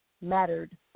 mattered